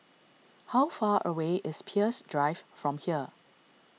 how far away is Peirce Drive from here